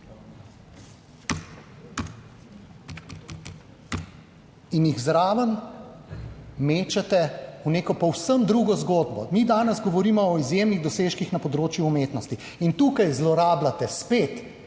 In jih zraven mečete v neko povsem drugo zgodbo. Mi danes govorimo o izjemnih dosežkih na področju umetnosti in tukaj zlorabljate spet